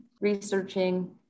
researching